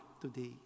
today